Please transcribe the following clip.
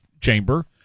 chamber